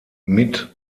mit